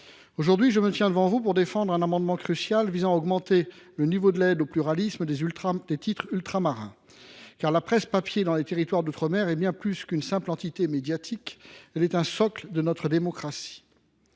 Aujourd’hui, je me tiens devant vous pour défendre un amendement crucial visant à augmenter le niveau de l’aide au pluralisme des titres ultramarins, car la presse papier dans les territoires d’outre mer est bien plus qu’une simple entité médiatique. Elle est un socle de notre démocratie.